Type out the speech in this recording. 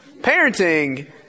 Parenting